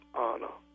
honor